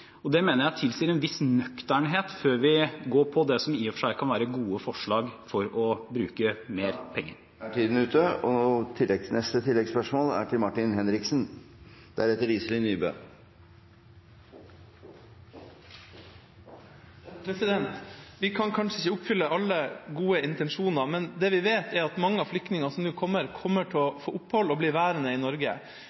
Det mener jeg tilsier en viss nøkternhet før vi går på det som i og for seg kan være gode forslag til bruk av mer penger. Martin Henriksen – til oppfølgingsspørsmål. Vi kan kanskje ikke oppfylle alle gode intensjoner, men det vi vet, er at mange av flyktningene som nå kommer, kommer til å få opphold og bli værende i Norge.